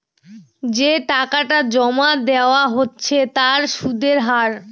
যে টাকাটা জমা দেওয়া হচ্ছে তার সুদের হার